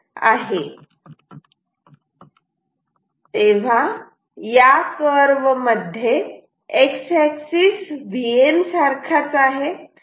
तेव्हा या कर्व मध्ये X अॅक्सिस Vn सारखाच आहे